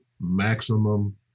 maximum